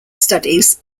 studies